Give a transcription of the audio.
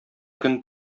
көн